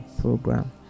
program